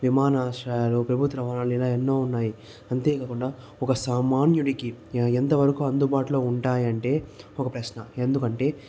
విమానాశ్రయాలు ప్రభుత్వ రవాణాలు ఇలా ఎన్నో ఉన్నాయి అంతేకాకుండా ఒక సామాన్యుడికి ఎంతవరకు అందుబాటులో ఉంటాయి అంటే ఒక ప్రశ్న ఎందుకంటే